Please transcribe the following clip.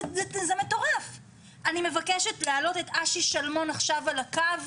אני מבקשת לשמוע את אשר שלמון ממשרד הבריאות,